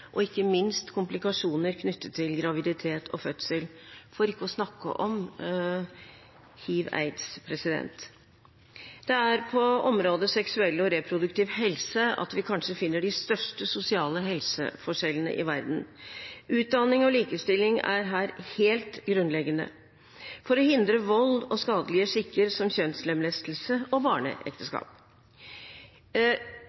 og, ikke minst, komplikasjoner knyttet til graviditet og fødsel – for ikke å snakke om hiv/aids. Det er på området seksuell og reproduktiv helse at vi kanskje finner de største sosiale helseforskjellene i verden. Utdanning og likestilling er helt grunnleggende for å hindre vold og skadelige skikker, som kjønnslemlestelse og barneekteskap.